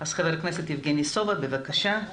אז חבר הכנסת יבגני סובה, בבקשה.